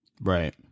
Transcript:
Right